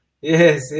Yes